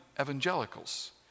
evangelicals